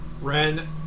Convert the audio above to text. Ren